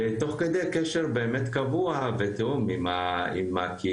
תוך כדי קשר באמת קבוע ותאום עם הקהילות,